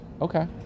okay